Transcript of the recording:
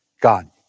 God